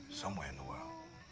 somewhere in the world.